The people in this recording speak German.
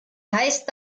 heißt